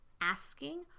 asking